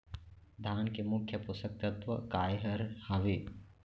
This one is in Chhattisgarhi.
धान के मुख्य पोसक तत्व काय हर हावे?